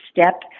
step